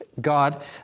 God